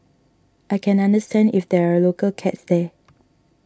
I can understand if there are local cats there